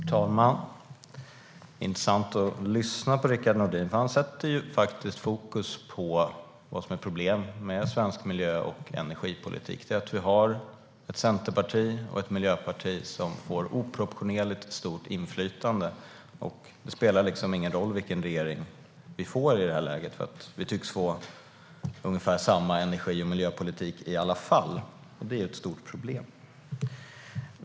Herr talman! Det är intressant att lyssna på Rickard Nordin. Han sätter fokus på det som är problemet med svensk miljö och energipolitik. Vi har ett centerparti och ett miljöparti som får oproportionerligt stort inflytande. Det spelar ingen roll vilken regering vi får. Det tycks bli ungefär samma energi och miljöpolitik. Det är ett stort problem.